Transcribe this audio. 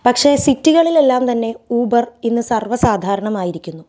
പക്ഷേ സിറ്റികളിലെല്ലാം തന്നെ ഊബർ ഇന്ന് സർവ്വ സാധാരണമായിരിക്കുന്നു